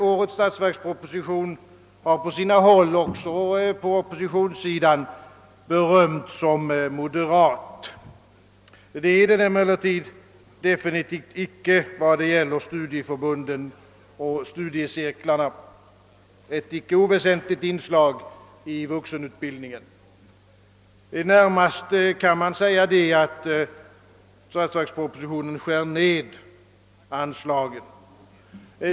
Årets statsverksproposition har på sina håll — också på oppositionssidan — berömts som moderat. Det är den emellertid definitivt icke vad gäller studieförbunden och studiecirklarna, ett icke oväsentligt inslag i vuxenutbildningen. Närmast kan man säga att statsverkspropositionen skär ned anslagen.